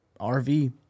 RV